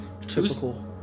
typical